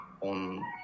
on